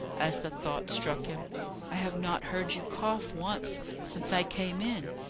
as the thought struck him i have not heard you cough once since i came in!